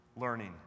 learning